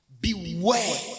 Beware